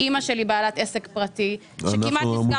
אימא שלי בעלת עסק פרטי שכמעט נסגר בקורונה.